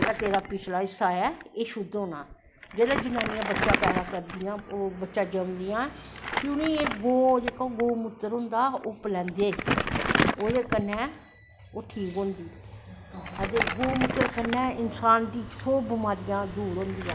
जेह्ड़ा तेरा पिछला हिस्सा ऐ एह् शुध्द होना ऐ जिसलै जनानियां बच्चा पैदा करदियां जमदियां उनेंगी जेह्का गौ मूत्तर होंदा ओह् पलैंदे ओह्दे कन्नैं ओह् ठीक होंदे तोे गौ मूत्तर कन्नैं गो दियां सौ बमारियां दूर होंदियां